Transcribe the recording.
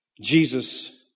Jesus